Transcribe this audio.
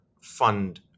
fund